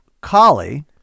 Collie